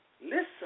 Listen